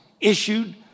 issued